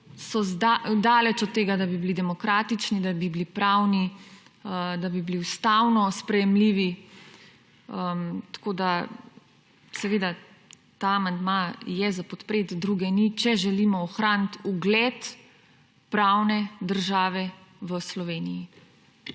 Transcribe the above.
so daleč od tega, da bi bili demokratični, da bi bili pravni, da bi bili ustavno sprejemljivi. Seveda je ta amandma za podpreti. Druge ni, če želimo ohraniti ugled pravne države v Sloveniji.